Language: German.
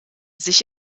sich